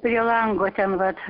prie lango ten vat